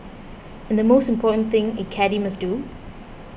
and the most important thing a caddie must do